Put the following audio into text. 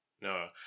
No